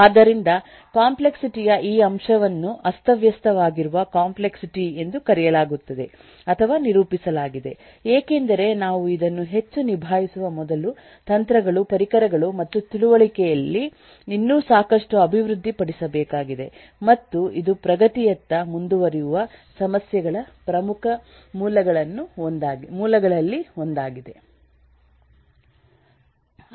ಆದ್ದರಿಂದ ಕಾಂಪ್ಲೆಕ್ಸಿಟಿಯ ಈ ಅಂಶವನ್ನು ಅಸ್ತವ್ಯಸ್ತವಾಗಿರುವ ಕಾಂಪ್ಲೆಕ್ಸಿಟಿ ಎಂದು ಕರೆಯಲಾಗುತ್ತದೆ ಅಥವಾ ನಿರೂಪಿಸಲಾಗಿದೆ ಏಕೆಂದರೆ ನಾವು ಇದನ್ನು ಹೆಚ್ಚು ನಿಭಾಯಿಸುವ ಮೊದಲು ತಂತ್ರಗಳು ಪರಿಕರಗಳು ಮತ್ತು ತಿಳುವಳಿಕೆಯಲ್ಲಿ ಇನ್ನೂ ಸಾಕಷ್ಟು ಅಭಿವೃದ್ಧಿ ಪಡಿಸಬೇಕಾಗಿದೆ ಮತ್ತು ಇದು ಪ್ರಗತಿಯತ್ತ ಮುಂದುವರಿಯುವ ಸಮಸ್ಯೆಗಳ ಪ್ರಮುಖ ಮೂಲಗಳಲ್ಲಿ ಒಂದಾಗಿದೆ